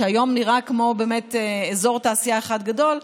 שהיום נראה כמו אזור תעשייה אחד גדול,